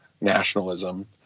nationalism